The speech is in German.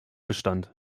bestand